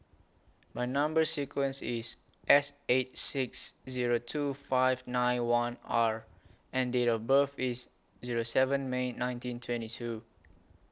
My Number sequence IS S eight six Zero two five nine one R and Date of birth IS Zero seven May nineteen twenty two